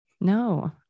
No